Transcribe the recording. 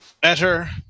Better